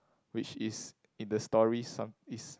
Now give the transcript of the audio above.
which is in the stories some is